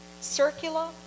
circular